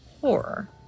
horror